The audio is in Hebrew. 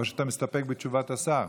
או שאתה מסתפק בתשובת השר?